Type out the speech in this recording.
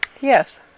Yes